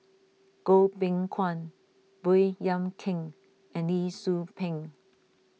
Goh Beng Kwan Baey Yam Keng and Lee Tzu Pheng